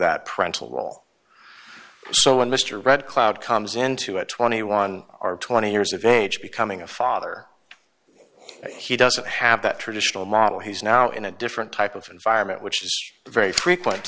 that prattle role so when mr red cloud comes into it twenty one or twenty years of age becoming a father he doesn't have that traditional model he's now in a different type of environment which is very frequent